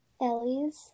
Ellie's